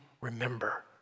remember